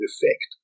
effect